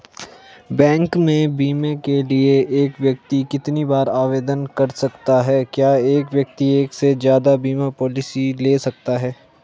Bank में बीमे के लिए एक व्यक्ति कितनी बार आवेदन कर सकता है क्या एक व्यक्ति एक से ज़्यादा बीमा पॉलिसी ले सकता है?